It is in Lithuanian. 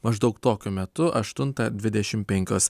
maždaug tokiu metu aštuntą dvidešimt penkios